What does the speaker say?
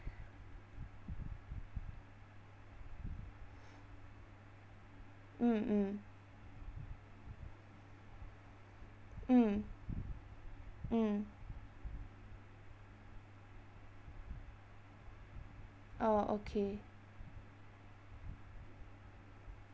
mm mm mm mm oh okay